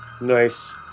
Nice